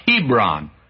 Hebron